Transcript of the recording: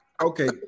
Okay